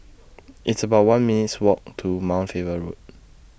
It's about one minutes' Walk to Mount Faber Road